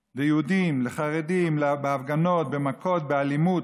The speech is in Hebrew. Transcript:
ליהודים, לחרדים, בהפגנות, במכות, באלימות,